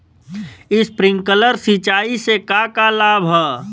Sprinkler सिंचाई से का का लाभ ह?